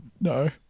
No